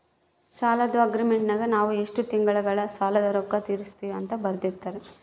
ಸಾಲದ್ದು ಅಗ್ರೀಮೆಂಟಿನಗ ನಾವು ಎಷ್ಟು ತಿಂಗಳಗ ಸಾಲದ ರೊಕ್ಕ ತೀರಿಸುತ್ತಾರ ಅಂತ ಬರೆರ್ದಿರುತ್ತಾರ